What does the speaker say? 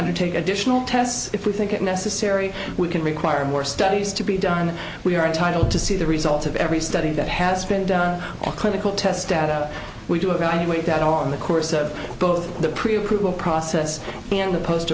undertake additional tests if we think it necessary we can require more studies to be done and we are entitled to see the results of every study that has been done on clinical test data we do evaluate that all in the course of both the pre approval process and the post